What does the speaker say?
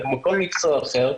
כמו כל מקצוע אחר.